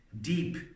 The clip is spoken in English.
Deep